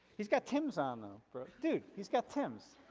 he's got timb's on though bro. dude he's got timb's.